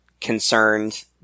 concerned